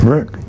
Rick